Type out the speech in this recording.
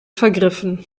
vergriffen